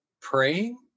praying